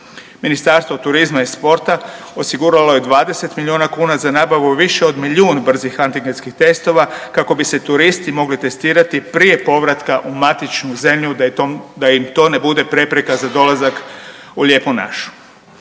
Ministarstvo turizma i sporta osiguralo je 20 miliona kuna za nabavu više od milijun brzih antigenskih testova kako bi se turisti mogli testirati prije povratka u matičnu zemlju da im to ne bude prepreka za dolazak u lijepu našu.